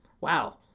wow